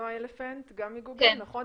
נועה אלפנט גם מגוגל, נכון?